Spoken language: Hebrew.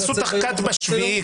תעשו --- בשביעי,